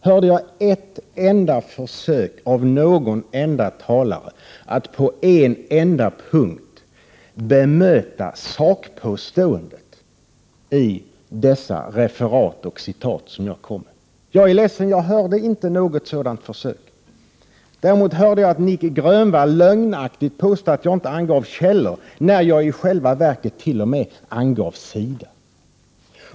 Hörde jag ett enda försök av någon enda talare att på en enda punkt bemöta sakpåståendet i dessa referat och citat som jag gjorde? Jag är ledsen, jag hörde inte något sådant försök. Däremot hörde jag Nic Grönvall lögnaktigt påstå att jag inte angav källor, när jag i själva verket t.o.m. angav sida.